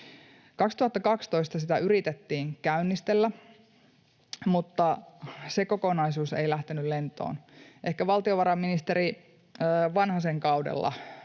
2012 sitä yritettiin käynnistellä, mutta se kokonaisuus ei lähtenyt lentoon. Ehkä valtiovarainministeri Vanhasen kaudella